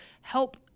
help